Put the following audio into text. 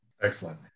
Excellent